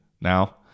now